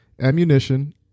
ammunition